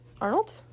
Arnold